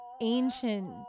ancient